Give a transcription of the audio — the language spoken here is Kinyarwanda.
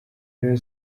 rayon